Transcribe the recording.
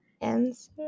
answer